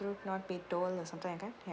truth not be told or something like that ya